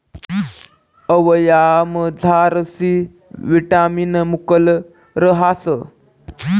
आवयामझार C vitamin मुकलं रहास